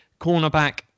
Cornerback